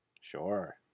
Sure